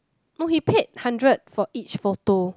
oh he pack hundred for each photo